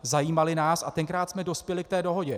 Zajímaly nás a tenkrát jsme dospěli k té dohodě.